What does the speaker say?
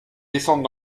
descendre